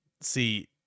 See